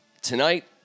Tonight